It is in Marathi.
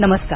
नमस्कार